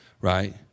right